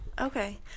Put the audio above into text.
Okay